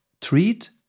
Treat